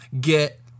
get